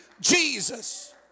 Jesus